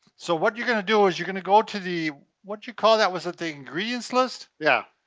so what you're going to do is you're going to go to the, what do you call that, was it the ingredients list? yeah.